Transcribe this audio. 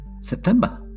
September